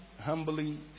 humbly